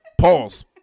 Pause